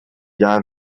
guerre